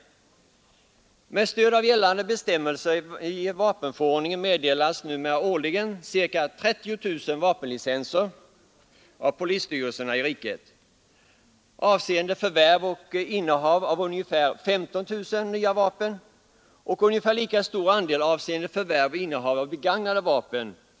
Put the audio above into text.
Med stöd av gällande bestämmelser i vapenförordningen meddelas numera årligen ca 30 000 vapenlicenser av polisstyrelserna i riket, avseende förvärv och innehav för skilda ändamål av omkring 15 000 nya vapen och ungefär lika stort antal begagnade vapen.